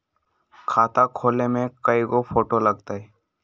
खाता खोले में कइगो फ़ोटो लगतै?